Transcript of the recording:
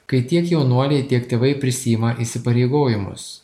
kai tiek jaunuoliai tiek tėvai prisiima įsipareigojimus